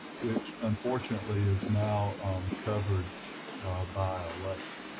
which unfortunately is now covered by a lake.